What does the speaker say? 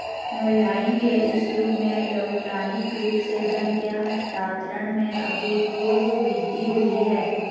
online के इस युग में इलेक्ट्रॉनिक रूप से धन के हस्तांतरण में अभूतपूर्व वृद्धि हुई है